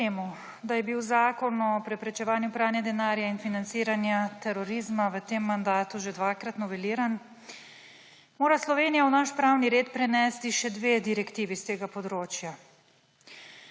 Čeprav je bil Zakon o preprečevanju pranja denarja in financiranja terorizma v tem mandatu že dvakrat noveliran, mora Slovenija v naš pravni red prenesti še dve direktivi s tega področja.